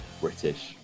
British